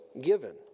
given